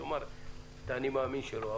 יאמר את "האני מאמין" שלו.